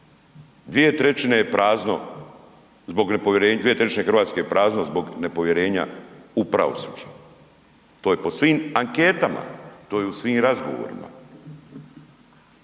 zbog, 2/3 Hrvatske je prazno zbog nepovjerenja u pravosuđe, to je po svim anketama, to je u svim razgovorima